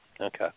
Okay